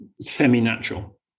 semi-natural